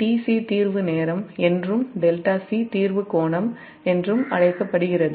tc தீர்வு நேரம் என்றும் 𝜹𝒄 தீர்வு கோணம் என்றும் அழைக்கப்படுகிறது